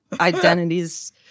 identities